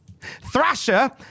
Thrasher